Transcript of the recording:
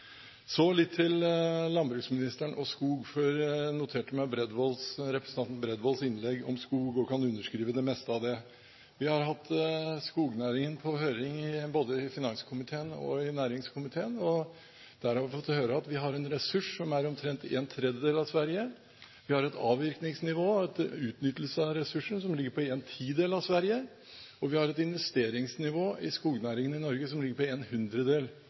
Så litt til landbruksministeren og skog, for jeg noterte meg representanten Bredvolds innlegg om skog og kan underskrive på det meste av det. Vi har hatt skognæringen på høring både i finanskomiteen og i næringskomiteen, og der har vi fått høre at vi har en ressurs som er omtrent en tredjedel av Sveriges. Vi har et avvirkningsnivå og en utnyttelse av ressursene som ligger på en tiendedel av Sveriges, og vi har et investeringsnivå i skognæringen i Norge som ligger på en hundredel